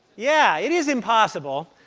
yeah it is impossible.